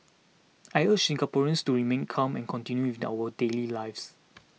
I urge Singaporeans to remain calm and continue with our daily lives